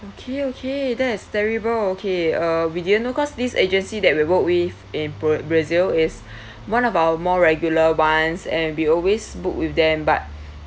okay okay that is terrible okay uh we didn't know cause this agency that we work with in bra~ brazil is one of our more regular ones and we always book with them but